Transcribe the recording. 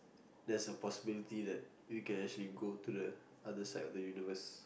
there's a possibility that we can actually go to the other side of the universe